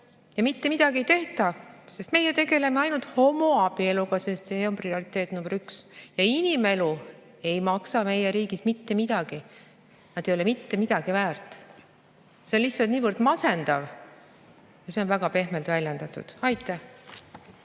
ja mitte midagi ei tehta, sest "meie tegeleme ainult homoabieludega, sest see on prioriteet nr 1"? Inimelu ei maksa meie riigis mitte midagi, inimesed ei ole mitte midagi väärt. See on lihtsalt niivõrd masendav. Ja see on väga pehmelt väljendatud. Aitäh!